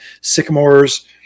sycamores